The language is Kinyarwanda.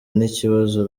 n’ikibazo